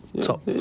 Top